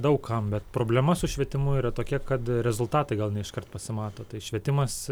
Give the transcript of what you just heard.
daug kam bet problema su švietimu yra tokia kad rezultatai gal ne iškart pasimato tai švietimas